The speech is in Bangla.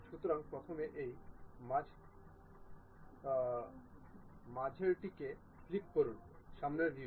সুতরাংপ্রথমে এই মাঝেরটিকে ক্লিক করুন সামনের ভিউ